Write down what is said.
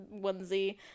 onesie